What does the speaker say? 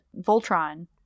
Voltron